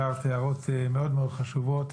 הערת הערות מאוד-מאוד חשובות,